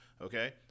Okay